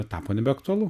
tapo nebeaktualu